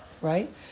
Right